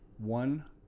one